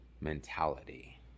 mentality